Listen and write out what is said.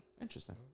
Interesting